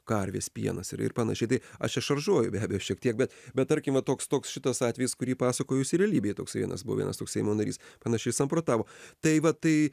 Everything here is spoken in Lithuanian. karvės pienas ir ir panašiai tai aš čia šaržuoju be abejo šiek tiek bet bet tarkim va toks toks šitas atvejis kurį pasakoju jisai realybėj toksai vienas buvo vienas toks seimo narys panašiai samprotavo tai va tai